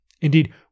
Indeed